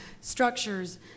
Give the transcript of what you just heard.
structures